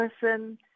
person